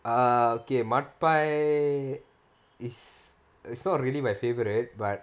err okay mudpie is it's not really my favourite but